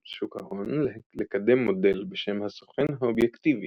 שוק ההון לקדם מודל בשם הסוכן האובייקטיבי,